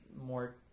more